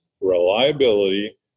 reliability